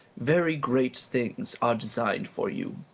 very great things are designed for you.